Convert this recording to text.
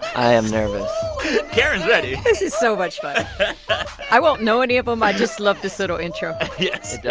i am nervous karen's ready this is so much fun i won't know any of them. i just love this little intro yes